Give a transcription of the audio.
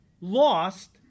lost